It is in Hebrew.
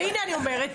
והנה אני אומרת,